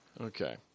Okay